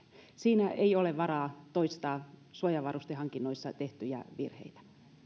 siinä ei ole varaa toistaa suojavarustehankinnoissa tehtyjä virheitä